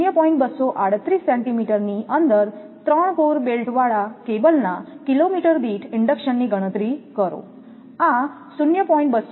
238 સેન્ટિમીટરની અંદર 3 કોર બેલ્ટવાળા કેબલના કિલોમીટર દીઠ ઇન્ડક્શનની ગણતરી કરો આ 0